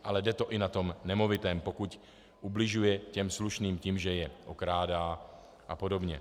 Ale jde to i na tom nemovitém, pokud ubližuje těm slušným tím, že je okrádá apod.